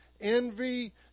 envy